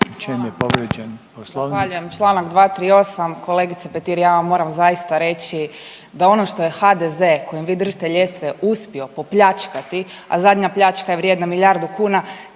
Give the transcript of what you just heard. čem je povrijeđen Poslovnik?